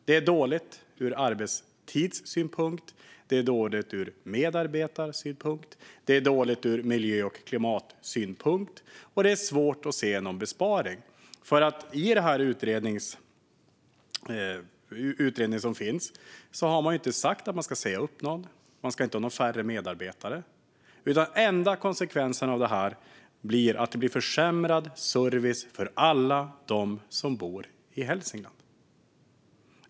Det är dåligt ur arbetstidssynpunkt, det är dåligt ur medarbetarsynpunkt, det är dåligt ur miljö och klimatsynpunkt och det är svårt att se någon besparing. I den utredning som finns har man inte sagt att man ska säga upp någon. Det ska inte vara färre medarbetare. Den enda konsekvensen blir försämrad service för alla dem som bor i Hälsingland.